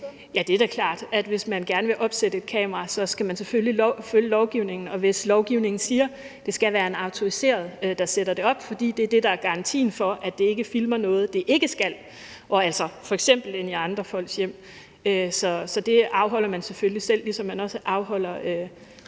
Ja, det er da klart. Hvis man gerne vil opsætte et kamera, skal man selvfølgelig følge lovgivningen. Og hvis lovgivningen siger, at det skal være en autoriseret, der sætter det op, fordi det er det, der er garantien for, at det ikke filmer noget, det ikke skal – f.eks. ind i andre folks hjem – afholder man selvfølgelig selv det, ligesom man også afholder